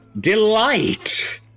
delight